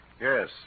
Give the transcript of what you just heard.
Yes